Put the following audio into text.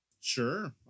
Sure